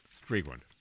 frequent